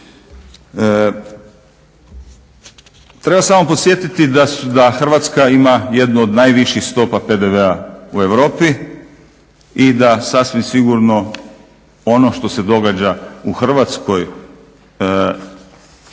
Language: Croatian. Treba samo podsjetiti da Hrvatska ima jednu od najviših stopa PDV-a u Europi i da sasvim sigurno ono što se događa u Hrvatskoj